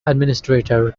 administrator